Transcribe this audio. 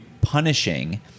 punishing